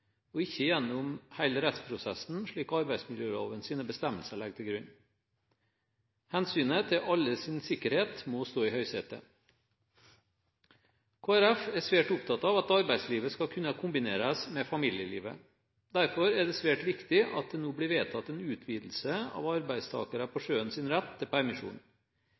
og ikke gjennom hele rettsprosessen, slik arbeidsmiljølovens bestemmelser legger til grunn. Hensynet til alles sikkerhet må stå i høysetet. Kristelig Folkeparti er svært opptatt av at arbeidslivet skal kunne kombineres med familielivet. Derfor er det svært viktig at det nå blir vedtatt en utvidelse av arbeidstakere på sjøen sin rett til permisjon.